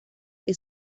que